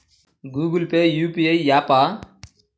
Google Pay UPI య్యాపా?